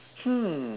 hmm